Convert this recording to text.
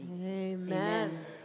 Amen